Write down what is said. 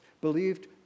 believed